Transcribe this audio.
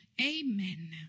Amen